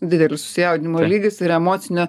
didelio susijaudinimo lygis ir emocinio